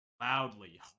loudly